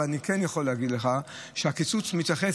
אבל אני כן יכול להגיד לך שהקיצוץ מתייחס,